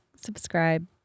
Subscribe